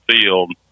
field